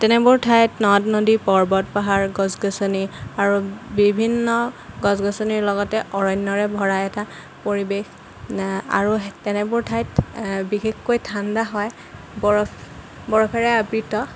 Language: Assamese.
তেনেবোৰ ঠাইত নদ নদী পৰ্বত পাহাৰ গছ গছনি আৰু বিভিন্ন গছ গছনিৰ লগতে অৰণ্যৰে ভৰা এটা পৰিৱেশ আৰু তেনেবোৰ ঠাইত বিশেষকৈ ঠাণ্ডা হয় বৰফ বৰফেৰে আবৃত্ত